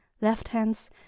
left-hands